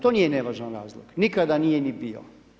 To nije nevažan razlog, nikada nije ni bio.